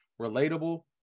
relatable